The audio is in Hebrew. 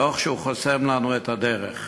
תוך שהוא חוסם לנו את הדרך.